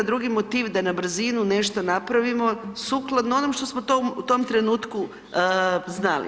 A drugi motiv da na brzinu nešto napravimo, sukladno onomu što smo u tom trenutku znali.